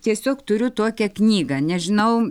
tiesiog turiu tokią knygą nežinau